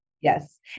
Yes